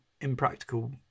impractical